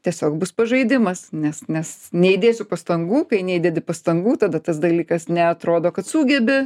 tiesiog bus pažaidimas nes nes neįdėsiu pastangų kai neįdedi pastangų tada tas dalykas neatrodo kad sugebi